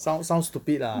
sound sound stupid lah